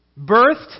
birthed